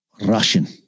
Russian